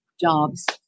jobs